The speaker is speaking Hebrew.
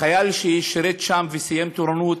החייל, ששירת שם וסיים טירונות,